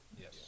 Yes